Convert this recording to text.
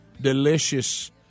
delicious